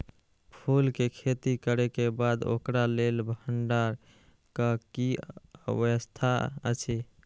फूल के खेती करे के बाद ओकरा लेल भण्डार क कि व्यवस्था अछि?